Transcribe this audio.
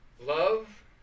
Love